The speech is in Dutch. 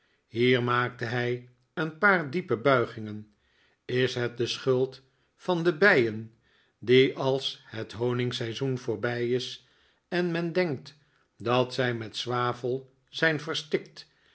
hier maakte hij een paar diepe buigingen is het de schuld van de bijen die als het honingseizoen voorbij is en men denkt dat zij met zwavel zijn verstikt